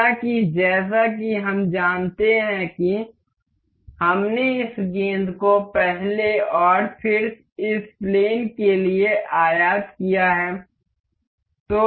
हालांकि जैसा कि हम जानते हैं कि हमने इस गेंद को पहले और फिर इस प्लेन के लिए आयात किया है